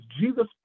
Jesus